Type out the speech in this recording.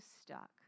stuck